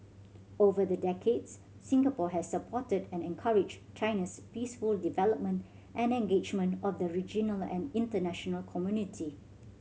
over the decades Singapore has supported and encouraged China's peaceful development and engagement of the regional and international community